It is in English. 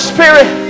Spirit